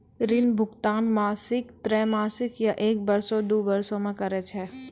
ऋण भुगतान मासिक, त्रैमासिक, या एक बरसो, दु बरसो मे करै छै